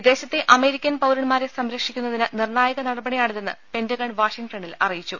വിദേശത്തെ American പൌരൻമാരെ സംരക്ഷിക്കുന്നതിന് നിർണായക നടപടിയാണിതെന്ന് പെന്റഗൺ വാഷിംങ്ടണിൽ അറിയിച്ചു